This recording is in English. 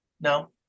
No